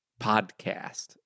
podcast